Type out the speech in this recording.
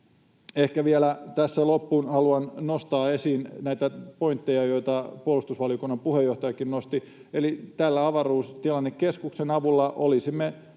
Ehkä vielä tässä loppuun haluan nostaa esiin näitä pointteja, joita puolustusvaliokunnan puheenjohtajakin nosti. Eli avaruustilannekeskuksen avulla emme